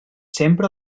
sempre